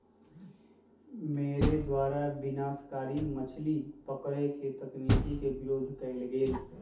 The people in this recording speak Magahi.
मेरे द्वारा विनाशकारी मछली पकड़े के तकनीक के विरोध कइल गेलय